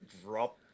Drop